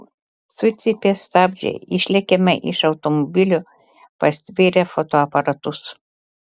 sucypia stabdžiai išlekiame iš automobilio pastvėrę fotoaparatus